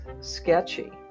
sketchy